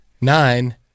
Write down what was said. Nine